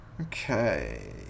Okay